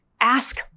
ask